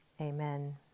amen